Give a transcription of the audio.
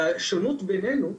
והשונות בינינו,